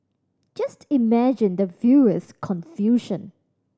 just imagine the viewer's confusion